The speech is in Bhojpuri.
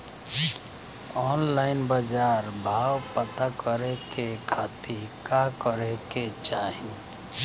ऑनलाइन बाजार भाव पता करे के खाती का करे के चाही?